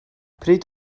pryd